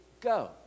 go